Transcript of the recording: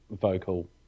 vocal